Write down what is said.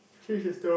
okay it's the